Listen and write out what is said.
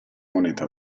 moneta